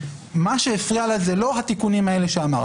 מה שהפריע לה זה לא התיקונים האלה שאמרת,